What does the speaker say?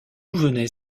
venait